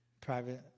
Private